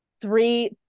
three